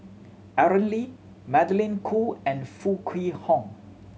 Aaron Lee Magdalene Khoo and Foo Kwee Horng